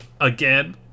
again